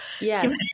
yes